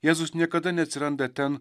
jėzus niekada neatsiranda ten